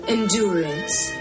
Endurance